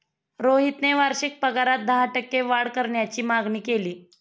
रोहितने वार्षिक पगारात दहा टक्के वाढ करण्याची मागणी केली